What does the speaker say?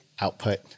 output